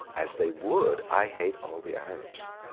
as they would, i hate all the arabs.